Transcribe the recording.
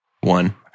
One